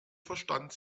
verstand